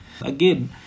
Again